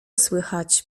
słychać